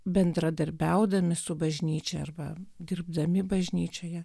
bendradarbiaudami su bažnyčia arba dirbdami bažnyčioje